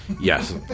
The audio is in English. Yes